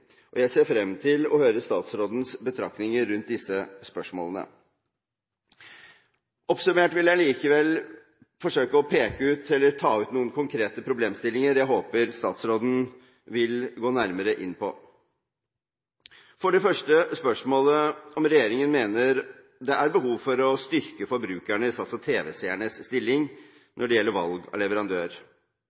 og jeg ser frem til å høre statsrådens betraktinger rundt disse spørsmålene. Oppsummert vil jeg likevel forsøke å ta ut noen konkrete problemstillinger som jeg håper statsråden vil gå nærmere inn på: For det første gjelder det spørsmålet om regjeringen mener det er behov for å styrke forbrukernes, altså tv-seernes, stilling når det gjelder valg av leverandør.